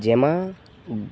જેમાં